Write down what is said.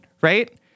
right